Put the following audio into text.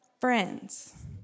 Friends